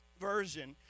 version